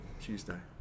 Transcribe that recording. Tuesday